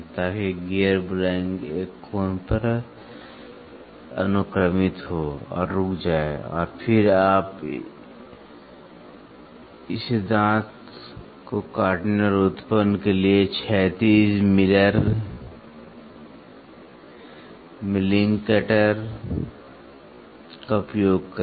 ताकि gear blank एक कोण पर अनुक्रमित हो और रुक जाए और फिर आप इस दांत को काटने और उत्पन्न करने के लिए एक क्षैतिज मिलर मिलिंग कटर का उपयोग करें